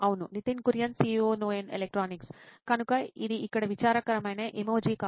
Nitin Kurian COO నోయిన్ electronics కనుక ఇది అక్కడ విచారకరమైన ఎమోజి కావచ్చు